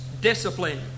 discipline